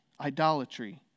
idolatry